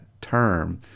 term